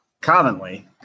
commonly